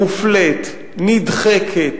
מופלית, נדחקת,